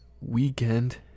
weekend